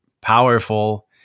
powerful